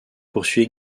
poursuit